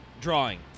drawing